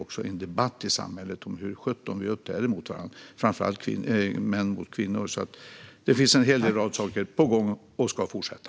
Det behövs en debatt i samhället om hur sjutton vi uppträder mot varandra, framför allt hur män uppträder mot kvinnor. Det finns en rad saker på gång, och detta ska fortsätta.